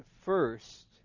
first